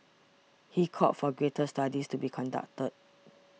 he called for greater studies to be conducted